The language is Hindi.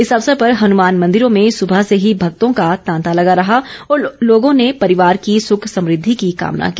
इस अवसर पर हनुमान मंदिरों में सुबह से ही भक्तों का तांता लगा रहा और लोगों ने परिवार की सुख समृद्धि की कामना की